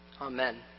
Amen